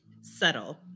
Subtle